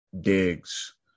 digs